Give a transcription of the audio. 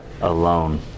alone